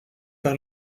par